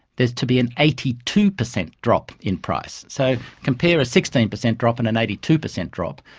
is to be an eighty two percent drop in price. so compare a sixteen percent drop and an eighty two percent drop.